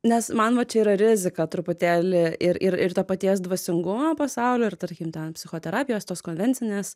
nes man va čia yra rizika truputėlį ir ir ir to paties dvasingumo pasaulio ir tarkim ten psichoterapijos tos konvencinės